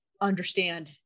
understand